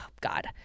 God